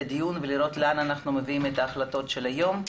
הדיון ולראות לאן אנחנו מביאים את ההחלטות של היום.